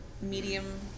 medium